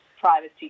privacy